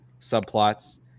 subplots